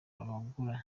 abagura